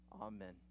amen